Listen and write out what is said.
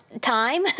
time